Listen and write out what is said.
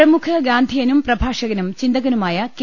പ്രമുഖ ഗാന്ധിയനും പ്രഭാഷകനും ചിന്തകനുമായ കെ